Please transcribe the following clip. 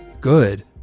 good